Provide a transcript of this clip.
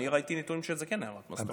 אני ראיתי נתונים שזה כן ירד, מה זאת אומרת?